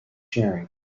sharing